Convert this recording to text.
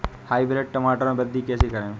Hybrid टमाटर में वृद्धि कैसे करें?